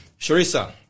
Sharissa